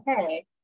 okay